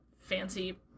fancy